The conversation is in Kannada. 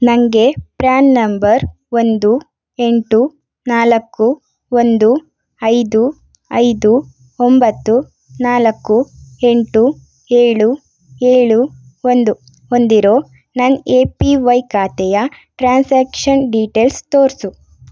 ನನಗೆ ಪ್ರ್ಯಾನ್ ನಂಬರ್ ಒಂದು ಎಂಟು ನಾಲ್ಕು ಒಂದು ಐದು ಐದು ಒಂಬತ್ತು ನಾಲ್ಕು ಎಂಟು ಏಳು ಏಳು ಒಂದು ಹೊಂದಿರೋ ನನ್ನ ಎ ಪಿ ವೈ ಖಾತೆಯ ಟ್ರಾನ್ಸಾಕ್ಷನ್ ಡಿಟೇಲ್ಸ್ ತೋರಿಸು